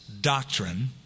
doctrine